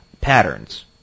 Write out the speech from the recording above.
Patterns